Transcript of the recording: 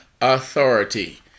authority